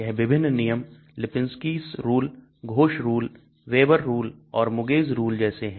यह विभिन्न नियम Lipinski's rule Ghose rule Veber rule और Muegge rule जैसे हैं